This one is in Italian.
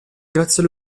grazie